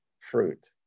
fruit